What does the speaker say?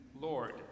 Lord